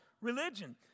religion